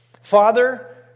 Father